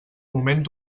moment